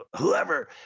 whoever